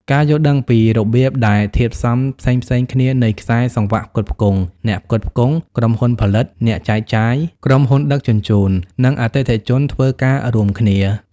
ការយល់ដឹងពីរបៀបដែលធាតុផ្សំផ្សេងៗគ្នានៃខ្សែសង្វាក់ផ្គត់ផ្គង់ អ្នកផ្គត់ផ្គង់ ក្រុមហ៊ុនផលិត អ្នកចែកចាយ ក្រុមហ៊ុនដឹកជញ្ជូន និងអតិថិជន ធ្វើការរួមគ្នា។